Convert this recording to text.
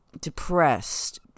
depressed